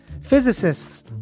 physicists